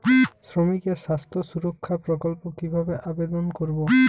শ্রমিকের স্বাস্থ্য সুরক্ষা প্রকল্প কিভাবে আবেদন করবো?